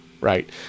right